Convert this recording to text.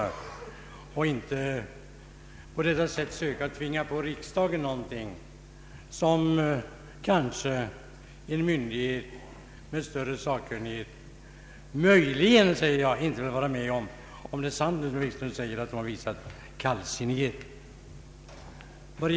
Man skall inte på detta sätt söka tvinga på riksdagen någonting som en myndighet med större sakkunnighet möjligen, säger jag, inte vill vara med om, om det nu är sant som herr Wikström påstår att den har visat kallsinnighet.